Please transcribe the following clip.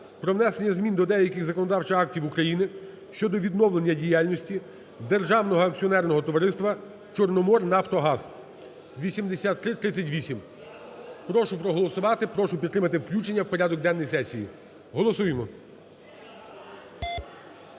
про внесення змін до деяких законодавчих актів України щодо відновлення діяльності Державного акціонерного товариства "Чорноморнафтогаз" (8338). Прошу проголосувати, прошу підтримати включення у порядок денної сесії. Голосуємо